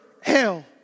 hell